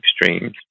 extremes